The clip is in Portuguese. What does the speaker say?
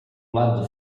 lado